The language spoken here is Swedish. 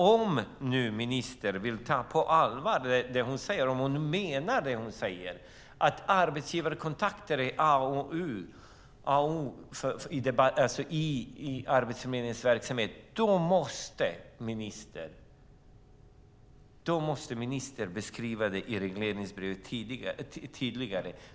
Om ministern menar det hon säger, att arbetsgivarkontakter är A och O i Arbetsförmedlingens verksamhet, måste ministern beskriva det tydligare i regleringsbrevet.